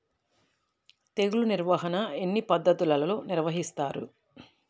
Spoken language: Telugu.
తెగులు నిర్వాహణ ఎన్ని పద్ధతులలో నిర్వహిస్తారు?